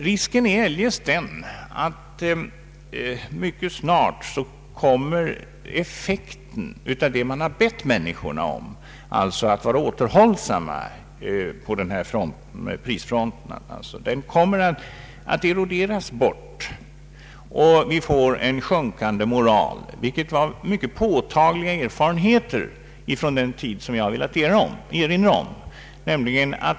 Risken är eljest den att effekten av det man har bett människorna om, dvs. att vara återhållsamma i fråga om konsumtionen, mycket snart kommer att eroderas bort och att vi får en sjunkande moral. Det finns det mycket påtagliga erfarenheter av från den tid jag har erinrat om.